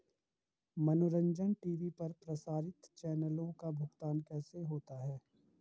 मनोरंजन टी.वी पर प्रसारित चैनलों का भुगतान कैसे होता है?